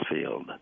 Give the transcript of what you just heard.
field